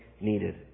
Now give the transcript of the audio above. needed